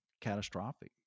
catastrophic